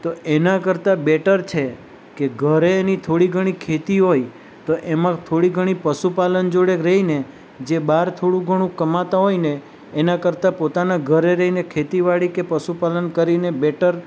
તો એના કરતાં બેટર છે કે ઘરે એની થોડીઘણી ખેતી હોય તો એમાં થોડીઘણી પશુપાલન જોડે રહીને જે બહાર થોડુંઘણું કમાતા હોયને એના કરતાં પોતાના ઘરે રહીને ખેતીવાડી કે પશુપાલન કરીને બેટર